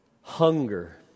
hunger